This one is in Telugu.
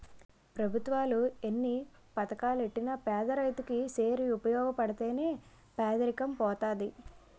పెభుత్వాలు ఎన్ని పథకాలెట్టినా పేదరైతు కి సేరి ఉపయోగపడితే నే పేదరికం పోతది